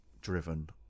driven